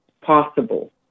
possible